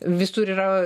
visur yra